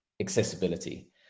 accessibility